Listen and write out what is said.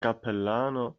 cappellano